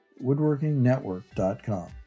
woodworkingnetwork.com